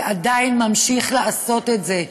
ועדיין ממשיך לעשות את זה.